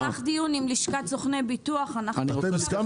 נערך דיון עם לשכת סוכני הביטוח --- ההיו"ר דוד